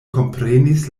komprenis